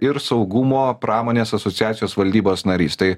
ir saugumo pramonės asociacijos valdybos narys tai